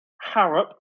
Harrop